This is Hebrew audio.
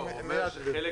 לא, הוא אומר שזה חלק